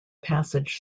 passage